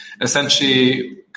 Essentially